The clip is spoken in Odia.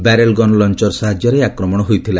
ବ୍ୟାରେଲ ଗନ୍ ଲଞ୍ଚର ସାହାଯ୍ୟରେ ଏହି ଆକ୍ମଣ ହୋଇଥିଲା